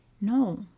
no